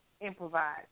improvise